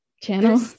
channel